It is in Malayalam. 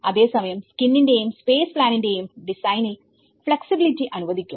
അതേ സമയം സ്കിൻ ന്റെയും സ്പേസ് പ്ലാനിന്റെയും ഡിസൈനിൽ ഫ്ലെക്സിബിലിറ്റി അനുവദിക്കും